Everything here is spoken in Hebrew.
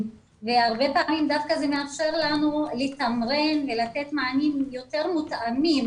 והרבה פעמים דווקא זה מאפשר לנו לתמרן ולתת מענים יותר מותאמים,